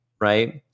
right